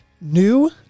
New